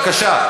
בבקשה.